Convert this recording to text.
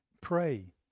pray